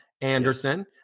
Anderson